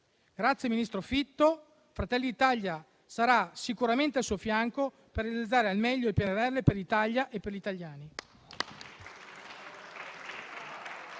il ministro Fitto. Fratelli d'Italia sarà sicuramente al suo fianco per realizzare al meglio il PNRR, per l'Italia e per gli italiani.